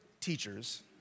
teachers